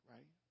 Right